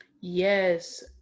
Yes